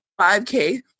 5k